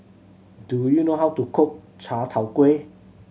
do you know how to cook chai tow kway